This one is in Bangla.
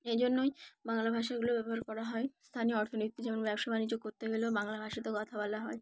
এই জন্যই বাংলা ভাষাগুলো ব্যবহার করা হয় স্থানীয় অর্থনীতিতে যেমন ব্যবসা বাণিজ্য করতে গেলেও বাংলা ভাষাতে কথা বলা হয়